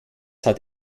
hat